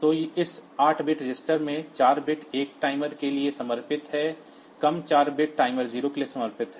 तो इस 8 bit register में 4 बिट्स 1 टाइमर के लिए समर्पित हैं कम 4 बिट्स टाइमर 0 के लिए समर्पित हैं